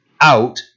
out